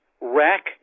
rack